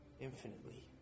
infinitely